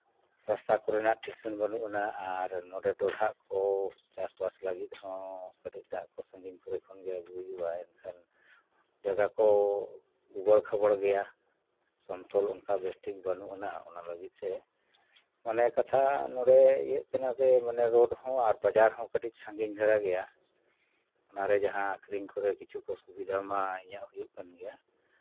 ᱨᱟᱥᱛᱟ ᱠᱚᱨᱮᱱᱟᱜ ᱴᱷᱤᱠ ᱴᱷᱤᱠᱟᱹᱱ ᱵᱟᱹᱱᱩᱜ ᱟᱱᱟ ᱟᱨ ᱱᱚᱰᱮ ᱰᱚᱰᱷᱟᱜ ᱠᱚ ᱪᱟᱥᱼᱵᱟᱥ ᱞᱟᱹᱜᱤᱫ ᱦᱚᱸ ᱠᱟᱹᱴᱤᱡ ᱫᱟᱜ ᱠᱚ ᱥᱟᱺᱜᱤᱧ ᱠᱚᱨᱮ ᱠᱷᱚᱱᱜᱮ ᱟᱹᱜᱩ ᱦᱩᱭᱩᱜᱼᱟ ᱮᱱᱠᱷᱟᱱ ᱡᱟᱭᱜᱟ ᱠᱚ ᱮᱵᱳᱲ ᱠᱷᱮᱵᱳᱲ ᱜᱮᱭᱟ ᱥᱚᱱᱛᱚᱨ ᱚᱱᱠᱟ ᱵᱮᱥ ᱴᱷᱤᱠ ᱵᱟᱹᱱᱩᱜᱼᱟᱱᱟ ᱚᱱᱟ ᱞᱟᱹᱜᱤᱫ ᱛᱮ ᱢᱟᱱᱮ ᱠᱟᱛᱷᱟ ᱱᱚᱰᱮ ᱤᱭᱟᱹᱜ ᱠᱟᱱᱟ ᱥᱮ ᱢᱟᱱᱮ ᱨᱳᱰ ᱦᱚᱸ ᱟᱨ ᱵᱟᱡᱟᱨ ᱦᱚᱸ ᱠᱟᱹᱴᱤᱡ ᱥᱟᱺᱜᱤᱧ ᱫᱷᱟᱨᱟ ᱜᱮᱭᱟ ᱚᱱᱟᱨᱮ ᱡᱟᱦᱟᱸ ᱟᱹᱠᱷᱨᱤᱧ ᱠᱚᱨᱮ ᱠᱤᱪᱷᱩ ᱠᱚ ᱥᱩᱵᱤᱫᱷᱟᱜ ᱢᱟ ᱤᱧᱟᱹᱜ ᱦᱩᱭᱩᱜ ᱠᱟᱱ ᱜᱮᱭᱟ